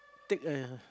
take a